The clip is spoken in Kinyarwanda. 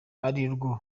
arirwo